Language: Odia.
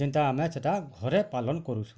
ଯେନ୍ତା ଆମେ ସେଟା ଘରେ ପାଲନ୍ କରୁଛୁଁ